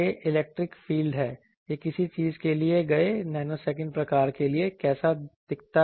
और यह electric field है यह किसी चीज़ के दिए गए नैनोसेकंड प्रकार के लिए कैसा दिखता है